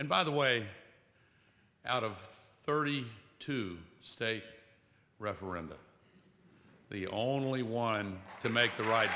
and by the way out of thirty two state referendum the only one to make the right